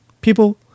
People